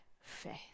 faith